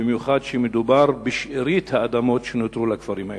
במיוחד כשמדובר בשארית האדמות שנותרו לכפרים האלה.